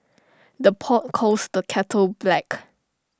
the pot calls the kettle black